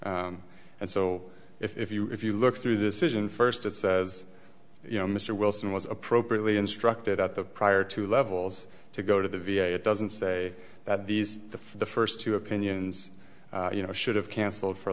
and so if you if you look through this isn't first it says you know mr wilson was appropriately instructed at the prior to levels to go to the v a it doesn't say that these the for the first two opinions you know should have cancelled for